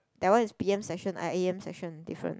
that one is p_m session I a_m session different